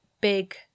big